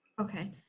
Okay